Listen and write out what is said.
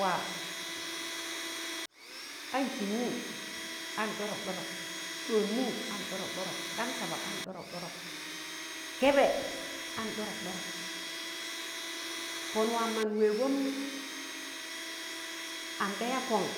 Wa ankị mụụ an ɗ̣ọdọk ɗọdọk, ɗọọn mụ an ɗọdọk ɗọdọk ḍa ṇsaba an ɗọdọk ɗọdọk, kẹbẹ an ɗọdọk ɗọdọk. Pọn waam man wẹẹgọm am ɗa ya kọṇ